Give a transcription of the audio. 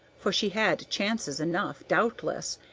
for she had chances enough doubtless,